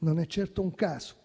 Non è certo un caso